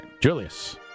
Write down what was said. Julius